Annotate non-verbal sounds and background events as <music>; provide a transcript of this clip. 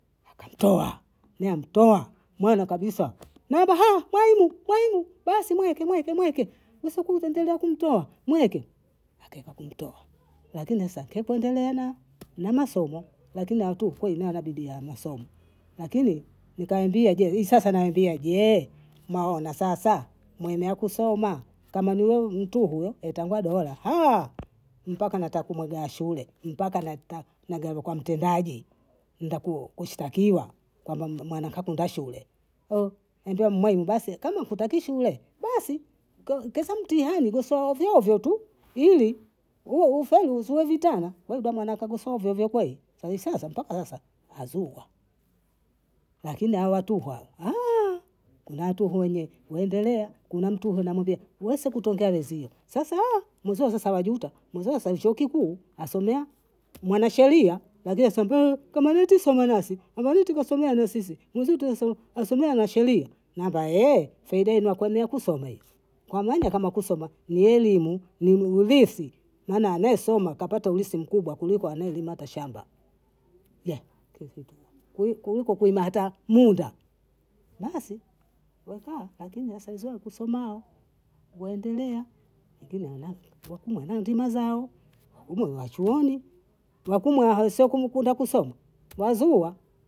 Akantoa, nami toa, mwano kabisa, mwama <hesitation> mwanu mwanu, basi mweke mweke mweke, nsukuze endelea kumtoa nieke, akaeka kumtoa, lakini sa kipo endeleana na masomo lakini hatukuwa imara bibia amasomo, lakini nkawaambia je, hii sasa nawaambia jee? maana sasa mwana wa kusoma kama ni we mtuhu we itanguaba hela <hesitation> mpaka mwitaka muda wa shule, mpaka najaribu kwa mtendaji, nda <hesitation> kushtakiwa kwamba <hesitation> mwanako hakwenda shule <hesitation> mwambia mwaimu basi kama hakitaki shule basi, <hesitation> kesha mtihani kesha ovyovyo tu ili uwe ufeli usiwe vitana, wedamwana kagosovyo vyo kwei, sai sasa mpaka sasa, azugha lakini hawatuhu, <hesitation> kuna watu wenye hwendelea kuna mtu unamwambia wesi kutongea wenzie, sasa <hesitation> mwenzio sasa wajuta, mwenzio sasa chuo kikuu, asomea mwanasheria, lakini asumbuu kamanitisi wamanasi, kuna mtu kasomea na sisi na zutu hiso alisomea uanasheria, namba <hesitation> faida inakuwa niakusome, kwa mlanga kama kusoma, ni elimu ni <hesitation> urithi, maana anayesoma kapata urithi mkubwa kuliko anaelima hata shamba <noise> kuliko kulima hata munda, basi wakaa lakini hasa wizu wangu kusomaa, waendelea, wengine wanake wakubwa na ngine zao, ujue ni wa chuoni wakumwa hao siokumu kwenda kusoma wazuura